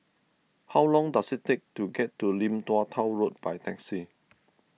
how long does it take to get to Lim Tua Tow Road by taxi